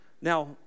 Now